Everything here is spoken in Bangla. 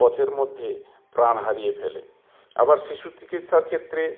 পথের মধ্যে প্রাণ হারিয়ে ফেলে আবার শিশু চিকিৎসার ক্ষেত্রে